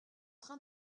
train